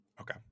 Okay